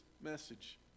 message